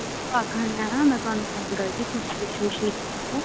आखा दियां हा मैं तुहानू फोन करगी तुस